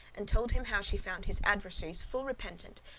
and told him how she found his adversaries full repentant,